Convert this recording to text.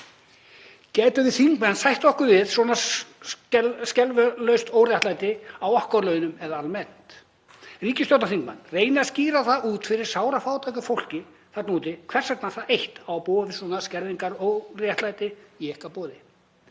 Gætum við þingmenn sætt okkur við svona skefjalaust óréttlæti gagnvart okkar launum eða almennt? Ríkisstjórnarþingmenn, reynið að skýra það út fyrir sárafátæku fólki þarna úti hvers vegna það eitt á að búa við svona skerðingaróréttlæti í ykkar boði.